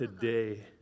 today